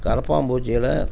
கரப்பான் பூச்சிகளை